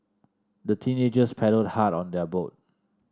the teenagers paddled hard on their boat